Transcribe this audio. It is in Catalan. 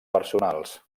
personals